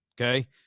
Okay